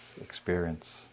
experience